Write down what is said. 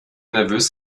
nervös